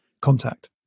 contact